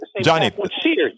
Johnny